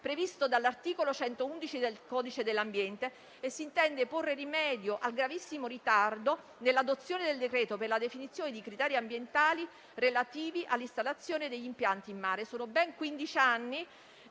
previsto dall'articolo 111 del codice dell'ambiente. Con esso si intende porre rimedio al gravissimo ritardo nell'adozione del decreto per la definizione di criteri ambientali relativi all'installazione degli impianti in mare. Sono ben quindici